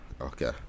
Okay